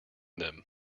them